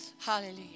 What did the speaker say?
Hallelujah